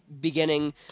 beginning